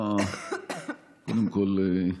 קודם כול,